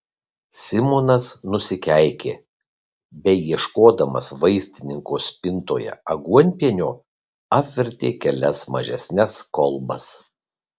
simonas nusikeikė beieškodamas vaistininko spintoje aguonpienio apvertė kelias mažesnes kolbas